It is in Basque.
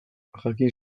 jakin